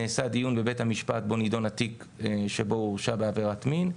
נעשה דיון בבית המשפט שבו נדון התיק שבו הוא הורשע בעברת מין,